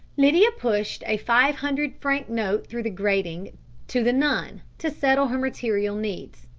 lydia pushed a five-hundred franc note through the grating to the nun, to settle her material needs.